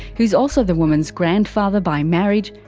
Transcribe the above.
who is also the woman's grandfather by marriage,